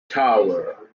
tower